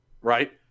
right